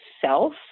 self